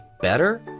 better